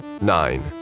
Nine